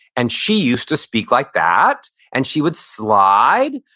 and she used to speak like that and she would slide,